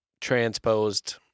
transposed